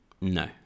No